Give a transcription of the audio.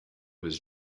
was